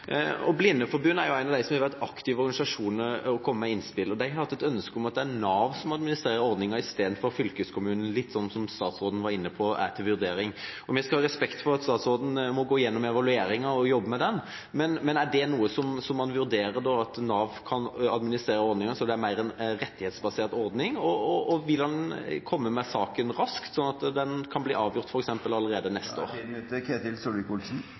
har hatt et ønske om at det skal være Nav som administrerer ordninga, i stedet for fylkeskommunen – litt som det statsråden var inne på er til vurdering. Vi skal ha respekt for at statsråden må gå gjennom evalueringa og jobbe med den, men er det at Nav kan administrere ordninga, sånn at det blir en mer rettighetsbasert ordning, noe man vurderer? Og vil statsråden komme med saken raskt, sånn at den kan bli avgjort f.eks. allerede neste år?